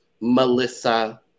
Melissa